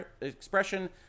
expression